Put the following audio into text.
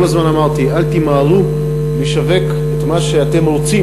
כל הזמן אמרתי: אל תמהרו לשווק את מה שאתם רוצים